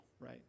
Right